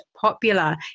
popular